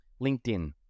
LinkedIn